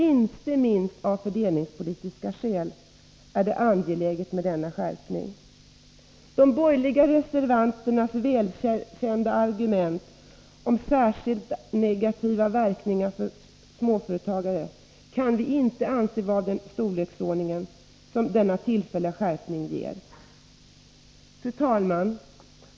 Inte minst av fördelningspolitiska skäl är det angeläget. De borgerliga reservanternas välkända argument att det blir negativa verkningar, särskilt för småföretagarna, kan inte rimligen anföras mot en tillfällig skärpning av förmögenhetsskatten. Fru talman!